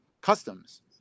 customs